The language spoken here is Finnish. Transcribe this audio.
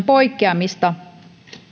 poikkeamista